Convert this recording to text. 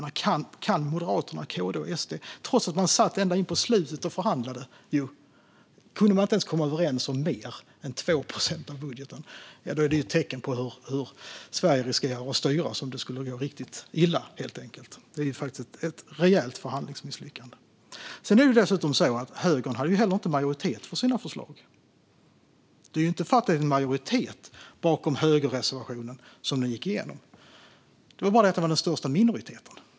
Att M, KD och SD satt ända in på slutet och förhandlade men inte kunde komma överens om mer än 2 procent av budgeten är ett tecken på hur Sverige riskerar att styras om det skulle gå riktigt illa. Högern har inte heller majoritet för sina förslag. Högerns reservation gick inte igenom med majoritet utan för att man var den största minoriteten.